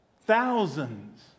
Thousands